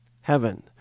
Heaven